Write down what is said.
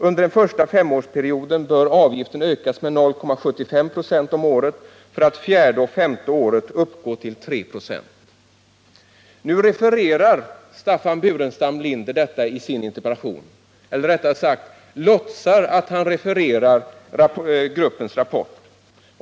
Under en första femårsperiod bör avgiften ökas med 0,75 procent om året för att fjärde och femte året uppgå till 3 procent.” Staffan Burenstam Linder refererar detta i sin interpellation, eller rättare sagt låtsar att han refererar gruppens rapport.